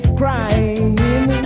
crying